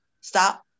stop